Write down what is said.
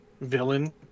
villain